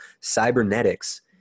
cybernetics